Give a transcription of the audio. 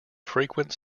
frequent